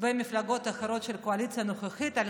ומפלגות אחרות של הקואליציה הנוכחית על